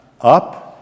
up